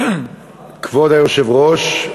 כבוד היושב-ראש,